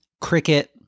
cricket